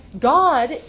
God